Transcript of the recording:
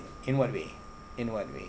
in what way in what way